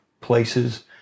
places